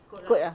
ikut ah